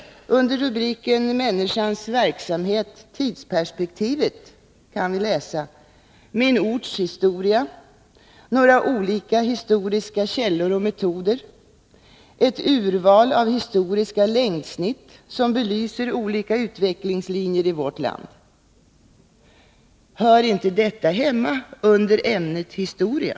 Under rubriken Människans verksamhet: Tidsperspektivet kan vi läsa: Min orts historia. Några olika historiska källor och metoder. Ett urval av historiska längdsnitt som belyser olika utvecklingslinjer i vårt land. Hör inte detta hemma under ämnet historia?